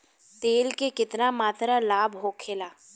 तेल के केतना मात्रा लाभ होखेला?